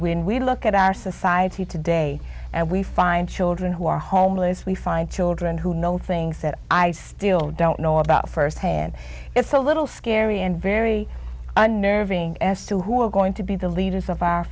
when we look at our society today and we find children who are homeless we find children who know things that i still don't know about first hand it's a little scary and very unnerving as to who is going to be the leaders of our